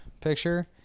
picture